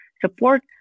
support